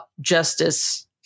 justice